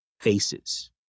faces